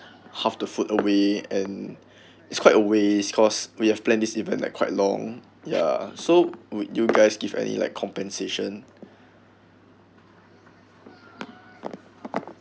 half the food away and it's quite a waste cause we have planned this event like quite long ya so would you guys give any like compensation